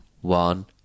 one